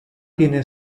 tiene